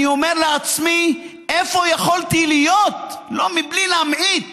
אני אומר לעצמי איפה יכולתי להיות, בלי להמעיט